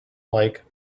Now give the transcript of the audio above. like